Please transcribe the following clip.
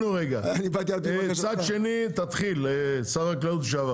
בבקשה, שר החקלאות לשעבר